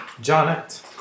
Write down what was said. Janet